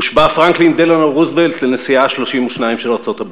הושבע פרנקלין דלאנו רוזוולט לנשיאה של ארצות-הברית.